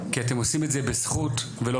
כי אתם עושים את זה בזכות ולא